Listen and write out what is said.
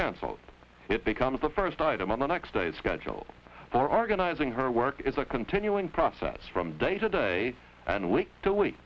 cancelled it becomes the first item on the next day's schedule for organizing her work is a continuing process from day to day and week to week